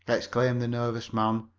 exclaimed the nervous man.